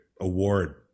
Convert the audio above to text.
award